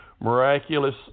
miraculous